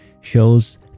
shows